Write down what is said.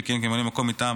שכיהן כממלא מקום מטעם